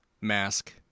mask